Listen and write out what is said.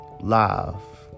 Love